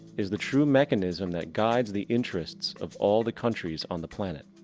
is the true mechanism, that guides the interests of all the countries on the planet.